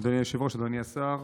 אדוני היושב-ראש, אדוני השר,